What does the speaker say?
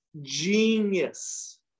genius